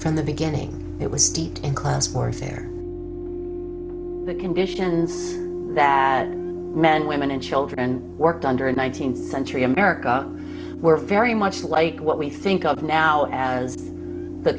from the beginning it was steeped in class warfare the conditions that men women and children worked under a nineteenth century america were very much like what we think of now as the